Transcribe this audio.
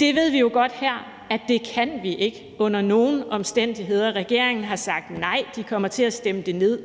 men vi ved jo godt her, at det kan vi ikke under nogen omstændigheder. Regeringen har sagt nej, og de kommer til at stemme det ned.